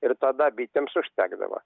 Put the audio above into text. ir tada bitėms užtekdavo